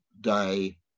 day